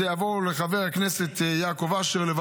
זה יעבור לחבר הכנסת יעקב אשר,